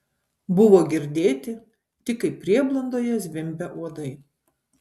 buvo girdėti tik kaip prieblandoje zvimbia uodai